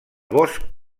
bosc